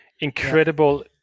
incredible